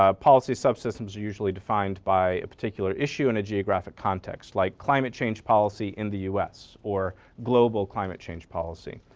ah policy subsystems are usually defined by a particular issue in a geographic context like climate change policy in the us or global climate change policy.